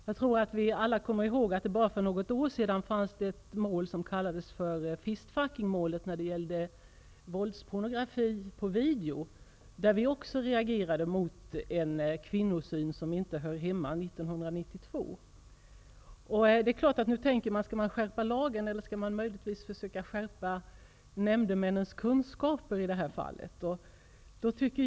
Jag tror vi alla kommer ihåg att det för bara något år sedan fanns ett mål, det s.k. ''fist-fucking''-målet, som gällde våldspornografi på video. Också då reagerade vi på en kvinnosyn som inte hör hemma år 1992. Nu kan man undra om lagen i det här fallet skall skärpas eller om nämndemänens kunskaper skall skärpas.